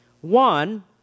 One